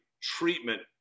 treatment